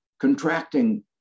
contracting